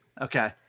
Okay